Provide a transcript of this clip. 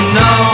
no